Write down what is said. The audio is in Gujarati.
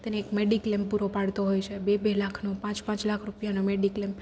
તેને એક મેડિક્લેમ પૂરો પાડતો હોય છે બે બે લાખનો પાંચ પાંચ લાખ રૂપિયાનો મેડિક્લેમ